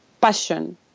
passion